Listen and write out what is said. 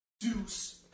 Deuce